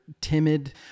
timid